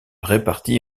réparties